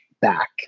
back